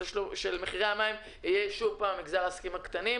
מחירי המים יהיה שוב מגזר העסקים הקטנים.